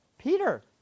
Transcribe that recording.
Peter